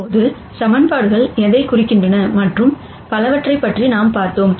இப்போது ஈக்குவேஷன்கள் எதைக் குறிக்கின்றன மற்றும் பலவற்றைப் பற்றி நாம் பார்த்தோம்